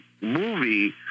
movie